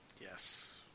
Yes